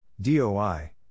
doi